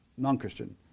Non-Christian